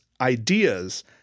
ideas